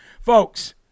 Folks